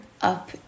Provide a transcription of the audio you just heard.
up